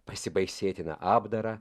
pasibaisėtiną apdarą